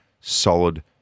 solid